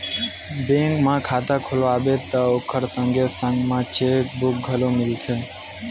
bank म खाता खोलवाबे त ओखर संगे संग चेकबूक घलो मिलथे